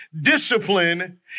discipline